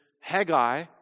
Haggai